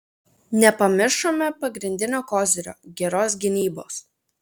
nepamiršome pagrindinio kozirio geros gynybos